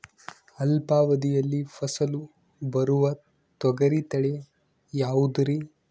ಅಲ್ಪಾವಧಿಯಲ್ಲಿ ಫಸಲು ಬರುವ ತೊಗರಿ ತಳಿ ಯಾವುದುರಿ?